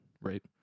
right